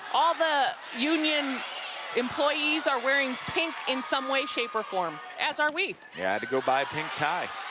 all the union employees are wearing pink in some way, shape, or form, as are we. i yeah had to go buy a pink tie